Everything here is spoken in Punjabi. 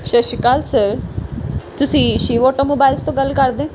ਸਤਿ ਸ਼੍ਰੀ ਅਕਾਲ ਸਰ ਤੁਸੀਂ ਸ਼ਿਵ ਆਟੋ ਮੋਬਾਇਲਸ ਤੋਂ ਗੱਲ ਕਰਦੇ